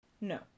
No